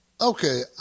Okay